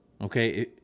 okay